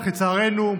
אך לצערנו,